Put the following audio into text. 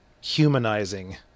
Humanizing